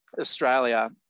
Australia